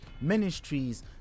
ministries